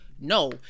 No